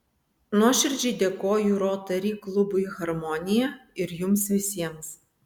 nuoširdžiai dėkoju rotary klubui harmonija ir jums visiems